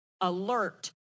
alert